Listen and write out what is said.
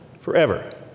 forever